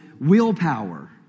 willpower